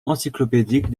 encyclopédique